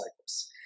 cycles